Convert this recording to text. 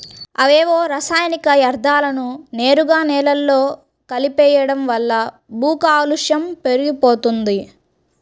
అవేవో రసాయనిక యర్థాలను నేరుగా నేలలో కలిపెయ్యడం వల్ల భూకాలుష్యం పెరిగిపోతంది